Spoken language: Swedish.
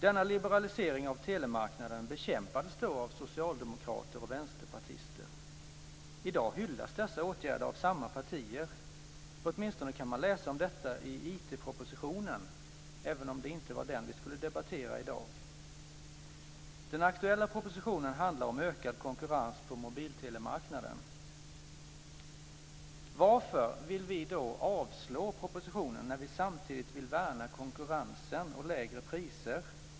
Denna liberalisering av telemarknaden bekämpades då av socialdemokrater och vänsterpartister. I dag hyllas dessa åtgärder av samma partier. Det kan man läsa om i IT-propositionen, men det var inte den vi skulle debattera i dag. Den aktuella propositionen handlar om ökad konkurrens på mobiltelemarknaden. Varför vill vi avslå propositionen, när vi samtidigt vill värna konkurrensen och lägre priser?